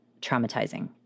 traumatizing